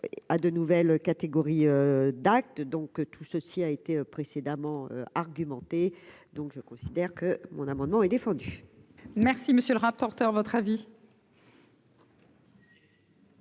à de nouvelles catégories d'acc. Donc tout ceci a été précédemment argumenter, donc je considère que mon amendement est défendu. Merci, monsieur le rapporteur, votre avis.